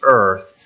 earth